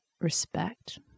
respect